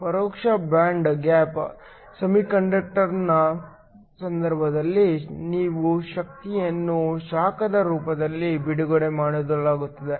ಪರೋಕ್ಷ band gap ಸೆಮಿಕಂಡಕ್ಟರ್ನ ಸಂದರ್ಭದಲ್ಲಿ ಶಕ್ತಿಯನ್ನು ಶಾಖದ ರೂಪದಲ್ಲಿ ಬಿಡುಗಡೆ ಮಾಡಲಾಗುತ್ತದೆ